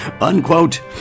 unquote